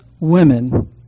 women